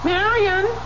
Marion